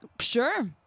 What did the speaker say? Sure